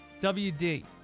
WD